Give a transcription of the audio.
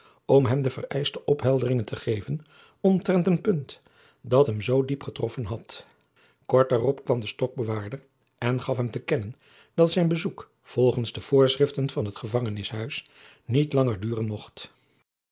om hem de vereischte ophelderingen te geven omtrent een punt dat hem zoo diep getroffen had kort daarop kwam de stokbewaarder en gaf hem te kennen dat zijn bezoek volgens de voorschriften van het gevangenhuis niet langer duren mocht